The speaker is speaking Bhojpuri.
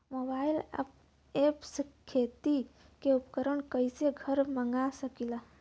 मोबाइल ऐपसे खेती के उपकरण कइसे घर मगा सकीला?